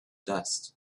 dust